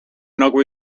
nagu